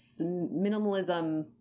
minimalism